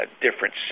different